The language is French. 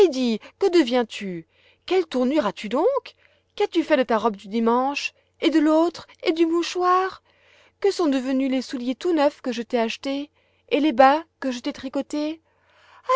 que deviens-tu quelle tournure as-tu donc qu'as-tu fait de ta robe du dimanche et de l'autre et du mouchoir que sont devenus les souliers tout neufs que je t'ai achetés et les bas que je t'ai tricotés